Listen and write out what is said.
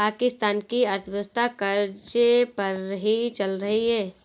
पाकिस्तान की अर्थव्यवस्था कर्ज़े पर ही चल रही है